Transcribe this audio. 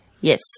Yes